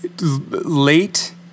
late